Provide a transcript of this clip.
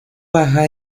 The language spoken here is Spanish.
baja